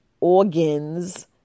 organs